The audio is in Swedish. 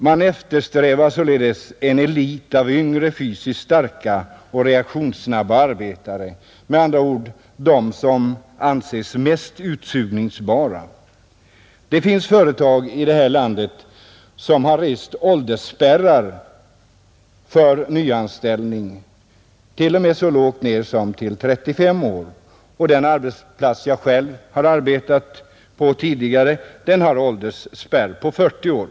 Man eftersträvar således en elit av yngre fysiskt starka och reaktionssnabba arbetare, med andra ord dem som anses mest utsugningsbara. Det finns företag här i landet, som har rest åldersspärrar för nyanställning t.o.m., så lågt ner som vid 35 år. Den arbetsplats, där jag själv har arbetat tidigare, har åldersspärr vid 40 år.